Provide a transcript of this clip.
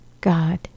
God